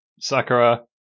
sakura